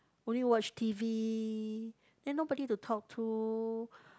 only watch t_v then nobody to talk to